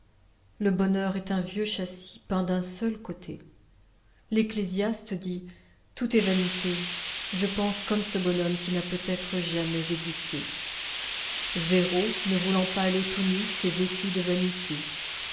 le bonheur est un vieux châssis peint d'un seul côté l'ecclésiaste dit tout est vanité je pense comme ce bonhomme qui n'a peut-être jamais existé zéro ne voulant pas aller tout nu s'est vêtu de vanité